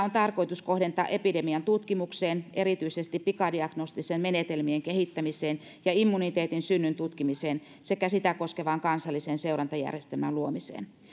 on tarkoitus kohdentaa epidemian tutkimukseen erityisesti pikadiagnostisten menetelmien kehittämiseen ja immuniteetin synnyn tutkimiseen sekä sitä koskevan kansallisen seurantajärjestelmän luomiseen